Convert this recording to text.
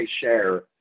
share